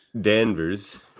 Danvers